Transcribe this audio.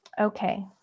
Okay